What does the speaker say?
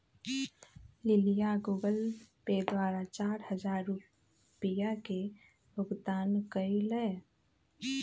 लिलीया Google Pay द्वारा चार हजार रुपिया के भुगतान कई लय